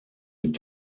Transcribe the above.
mit